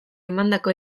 emandako